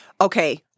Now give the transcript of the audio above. Okay